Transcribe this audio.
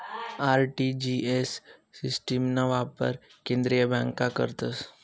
RTGS सिस्टिमना वापर केंद्रीय बँका करतस